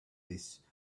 this